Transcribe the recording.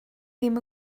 ddim